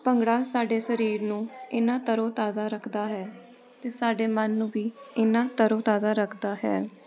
ਭੰਗੜਾ ਸਾਡੇ ਸਰੀਰ ਨੂੰ ਇੰਨਾ ਤਰੋ ਤਾਜ਼ਾ ਰੱਖਦਾ ਹੈ ਅਤੇ ਸਾਡੇ ਮਨ ਨੂੰ ਵੀ ਇੰਨਾ ਨੂੰ ਤਰੋ ਤਾਜ਼ਾ ਰੱਖਦਾ ਹੈ